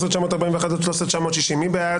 13,841 עד 13,860, מי בעד?